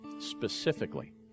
specifically